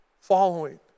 following